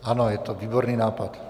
Ano, je to výborný nápad.